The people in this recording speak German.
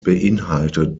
beinhaltet